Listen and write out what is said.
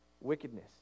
wickedness